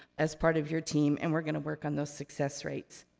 as part of your team, and we're gonna work on those success rates.